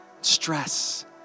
stress